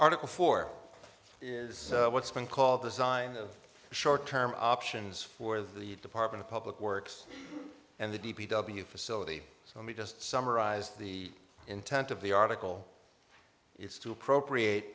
article four is what's been called design of short term options for the department of public works and the d p w facility so let me just summarize the intent of the article it's to appropriate